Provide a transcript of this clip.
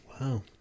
Wow